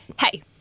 Hey